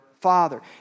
Father